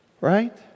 Right